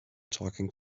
talking